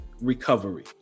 recovery